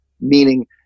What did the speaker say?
meaning